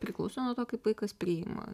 priklauso nuo to kaip vaikas priima